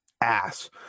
ass